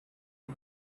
had